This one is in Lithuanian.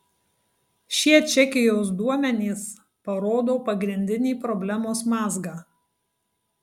šie čekijos duomenys parodo pagrindinį problemos mazgą